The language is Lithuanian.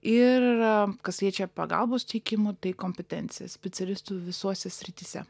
ir yra kas liečia pagalbos teikimo tai kompetencija specialistų visuose srityse